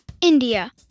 India